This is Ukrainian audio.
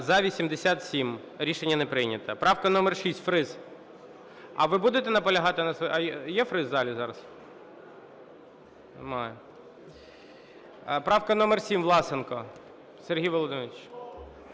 За-87 Рішення не прийнято. Правка номер 6, Фріс. А ви будете наполягати на своїх... А є Фріс в залі зараз? Немає. Правка номер 7, Власенко Сергій Володимирович.